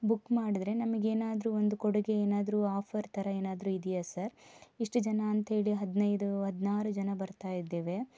book ಮಾಡಿದ್ರೆ ನಮಗೆ ಏನಾದರೂ ಒಂದು ಕೊಡುಗೆ ಏನಾದರೂ ಆಫರ್ ಥರ ಏನಾದರೂ ಇದೆಯ ಸರ್ ಇಷ್ಟು ಜನ ಅಂಥೇಳಿ ಹದಿನೈದು ಹದಿನಾರು ಜನ ಬರ್ತಾಯಿದ್ದೇವೆ